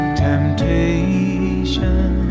temptation